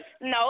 no